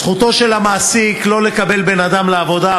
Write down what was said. זכותו של המעסיק שלא לקבל בן-אדם לעבודה,